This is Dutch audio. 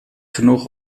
genoeg